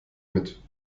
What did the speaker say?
mit